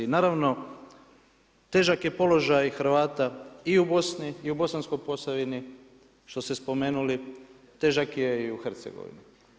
Naravno težak je položaj Hrvata i u Bosni, i u Bosanskoj Posavini, što ste spomenuli, težak je i u Hercegovini.